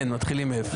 כן, מתחילים מאפס.